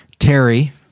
terry